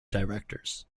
directors